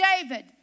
David